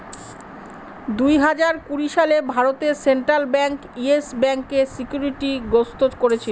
দুই হাজার কুড়ি সালে ভারতে সেন্ট্রাল ব্যাঙ্ক ইয়েস ব্যাঙ্কে সিকিউরিটি গ্রস্ত করেছিল